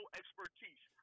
expertise